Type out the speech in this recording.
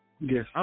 Yes